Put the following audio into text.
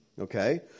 Okay